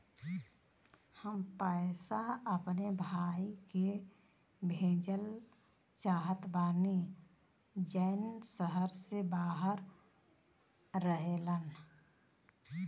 हम पैसा अपने भाई के भेजल चाहत बानी जौन शहर से बाहर रहेलन